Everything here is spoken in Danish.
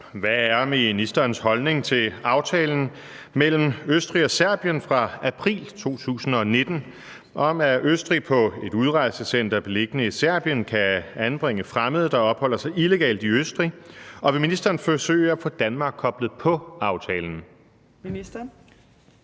Hvad er ministerens holdning til aftalen mellem Østrig og Serbien fra april 2019 om, at Østrig på et udrejsecenter beliggende i Serbien kan anbringe fremmede, der opholder sig illegalt i Østrig, og vil ministeren forsøge at få Danmark koblet på aftalen?